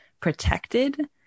protected